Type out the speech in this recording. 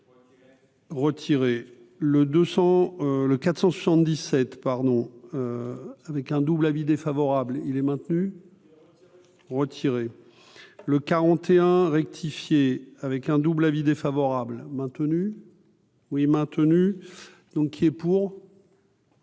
Retirer le 200 le 477 pardon avec un double avis défavorable, il est maintenu, retirer le 41 rectifié avec un double avis défavorable maintenue oui maintenu, donc il est pour.